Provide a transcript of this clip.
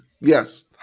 yes